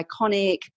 Iconic